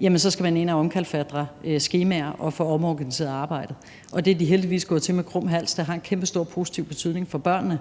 jamen så skal de ind og omkalfatre skemaer og få omorganiseret arbejdet. Det er de heldigvis gået til med krum hals – det har en kæmpestor positiv betydning for børnene,